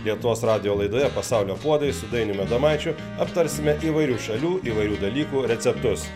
lietuvos radijo laidoje pasaulio puodai su dainiumi adomaičiu aptarsime įvairių šalių įvairių dalykų receptus